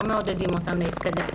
לא מעודדים אותן להתקדם.